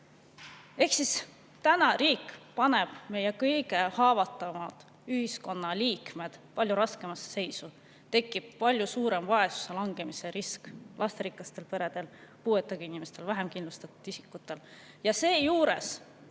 Praegu paneb riik meie kõige haavatavamad ühiskonnaliikmed veel raskemasse seisu, tekib palju suurem vaesusesse langemise risk lasterikastel peredel, puuetega inimestel, vähem kindlustatud isikutel. Ja seejuures